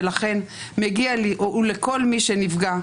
ולכן מגיע לי ולכל מי שנפגע,